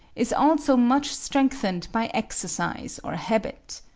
is also much strengthened by exercise or habit.